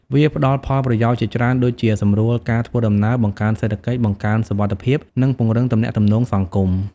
វាផ្ដល់ផលប្រយោជន៍ជាច្រើនដូចជា សម្រួលការធ្វើដំណើរ បង្កើនសេដ្ឋកិច្ច បង្កើនសុវត្ថិភាព និងពង្រឹងទំនាក់ទំនងសង្គម។